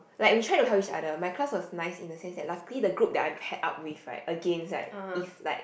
like we try to help each other my class was nice in the sense that luckily the group that I am head up with right against right is like